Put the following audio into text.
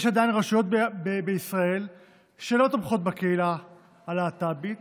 יש עדיין רשויות בישראל שלא תומכות בקהילה הלהט"בית